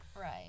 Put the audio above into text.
Right